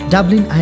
Dublin